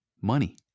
money